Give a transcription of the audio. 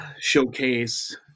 showcase